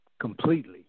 completely